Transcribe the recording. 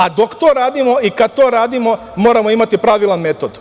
A dok to radimo i kad to radimo, moramo imati pravilan metod.